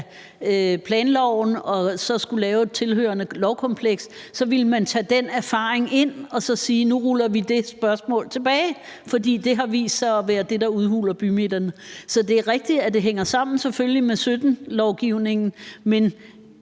planloven og så skulle lave et tilhørende lovkompleks, så ville tage den erfaring med ind og sige: Nu ruller vi det tilbage, for det har vist sig at være det, der udhuler bymidterne. Så det er rigtigt, at det selvfølgelig hænger sammen med 2017-lovgivningen, men